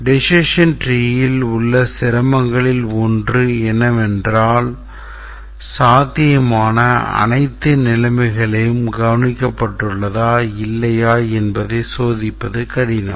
decision treeல் உள்ள சிரமங்களில் ஒன்று என்னவென்றால் சாத்தியமான அனைத்து நிலைமைகளும் கவனிக்கப்பட்டுள்ளதா இல்லையா என்பதைச் சோதிப்பது கடினம்